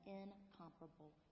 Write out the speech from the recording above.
incomparable